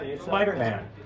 Spider-Man